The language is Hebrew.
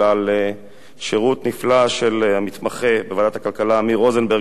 אלא על שירות נפלא של המתמחה בוועדת הכלכלה אמיר רוזנברג,